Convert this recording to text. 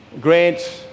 Grant